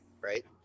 Right